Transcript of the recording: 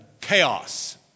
chaos